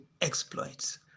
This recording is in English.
exploits